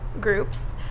groups